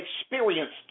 experienced